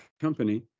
company